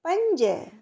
पंज